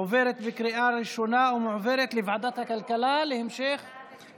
עוברת בקריאה ראשונה ומועברת לוועדת הכלכלה להכנה,